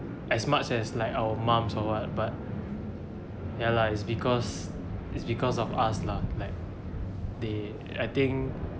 as much as like our mums or what but ya lah is because is because of us lah like they I think